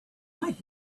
might